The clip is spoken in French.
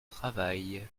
travail